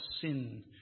sin